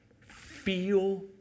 feel